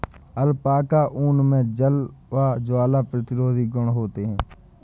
alpaca ऊन मे जल और ज्वाला प्रतिरोधी गुण होते है